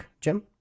Jim